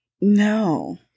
No